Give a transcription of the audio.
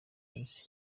minsi